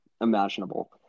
imaginable